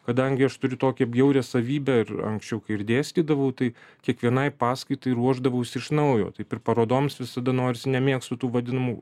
kadangi aš turiu tokią bjaurią savybę ir anksčiau kai ir dėstydavau tai kiekvienai paskaitai ruošdavausi iš naujo taip ir parodoms visada norisi nemėgstu tų vadinamų